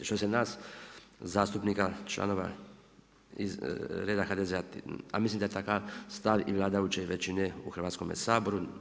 Što se nas zastupnika, članova iz reda HDZ-a, a mislim da je takav stav i vladajuće većine u Hrvatskome saboru.